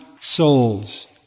souls